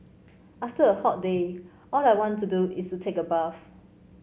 after a hot day all I want to do is take a bath